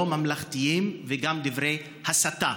לא ממלכתיים וגם דברי הסתה.